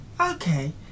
Okay